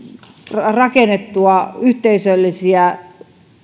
rakennettua yhteisöllisiä